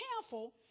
careful